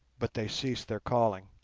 but they cease their calling.